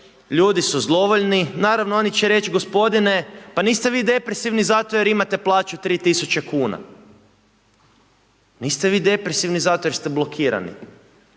ljudi su zlovoljni, naravno oni će reći g. pa niste vi depresivni zato jer imate plaću 3000 kn. Niste vi depresivni zato što ste blokirani.